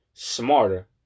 smarter